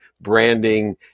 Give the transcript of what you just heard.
branding